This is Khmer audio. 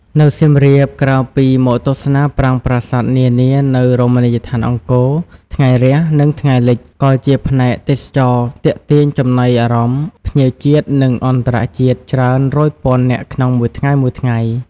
នៅសៀមរាប ក្រៅពីមកទស្សនាប្រាង្គប្រាសាទនានានៅរមណីយដ្ឋានអង្គរ ថ្ងៃរះ និងលិច ក៏ជាផ្នែកទេសចរណ៍ទាក់ទាញចំណីអារម្មណ៍ភ្ញៀវជាតិ និងអន្តរជាតិច្រើនរយពាន់នាក់ក្នុងមួយថ្ងៃៗ។